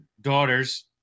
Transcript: daughters